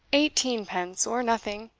eighteen-pence, or nothing!